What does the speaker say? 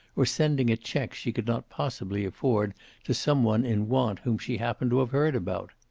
or sending a check she could not possibly afford to some one in want whom she happened to have heard about.